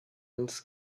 hills